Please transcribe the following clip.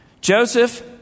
Joseph